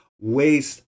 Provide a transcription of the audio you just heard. waste